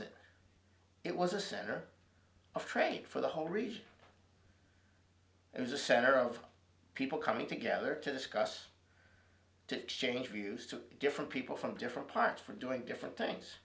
it it was a center of trade for the whole region it was a center of people coming together to discuss to change views to different people from different parts for doing different things